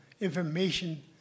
information